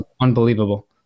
unbelievable